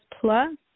plus